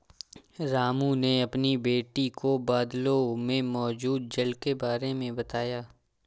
रामू ने अपनी बेटी को बादलों में मौजूद जल के बारे में बताया